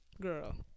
Girl